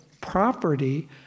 property